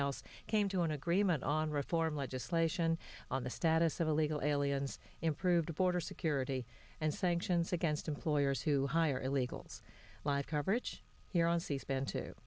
house came to an agreement on reform legislation on the status of illegal aliens improved border security and sanctions against employers who hire illegals live coverage here on cspan to